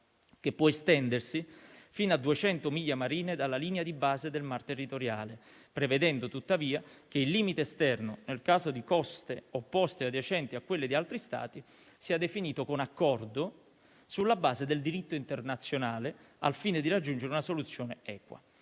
che può estendersi fino a 200 miglia marine dalla linea di base del mare territoriale, prevedendo tuttavia che il limite esterno, nel caso di coste opposte adiacenti a quelle di altri Stati, sia definito con accordo, sulla base del diritto internazionale, al fine di raggiungere una soluzione equa.